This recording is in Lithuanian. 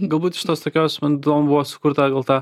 galbūt iš tos tokios man įdomu buvo sukurt tą gal tą